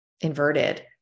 inverted